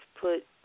put